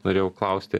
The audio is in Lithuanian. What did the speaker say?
norėjau klausti